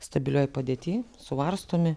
stabilioj padėty suvarstomi